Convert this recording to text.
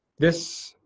this,